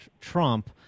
Trump